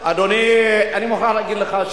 אדוני, אין לי אמון.